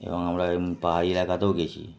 এবং আমরা পাহাড়ি এলাকাতেও গেছি